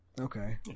Okay